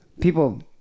People